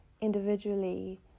individually